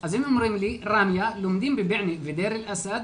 אז הם אומרים לי: "ראמיה לומדים בבועיינה ודיר אל אסד.